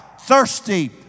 thirsty